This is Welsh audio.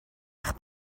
eich